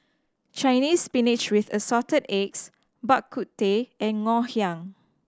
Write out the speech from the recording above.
Chinese Spinach with Assorted Eggs Bak Kut Teh and Ngoh Hiang